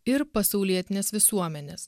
ir pasaulietinės visuomenės